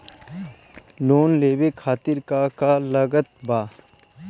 Loan लेवे खातिर का का लागत ब?